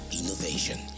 innovation